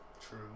True